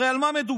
הרי על מה מדובר?